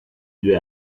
due